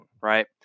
right